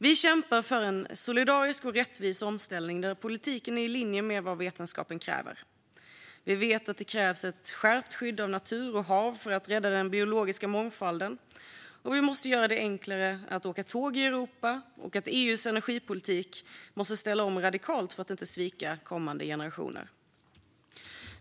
Vi kämpar för en solidarisk och rättvis omställning där politiken är i linje med vad vetenskapen kräver. Vi vet att det krävs ett skärpt skydd av natur och hav för att rädda den biologiska mångfalden, och vi måste göra det enklare att åka tåg i Europa. EU:s energipolitik måste ställas om radikalt för att vi inte ska svika kommande generationer.